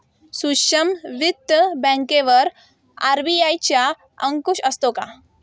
सूक्ष्म वित्त बँकेवर आर.बी.आय चा अंकुश असतो का?